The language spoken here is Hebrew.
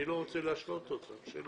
אני לא רוצה להשלות אתכם,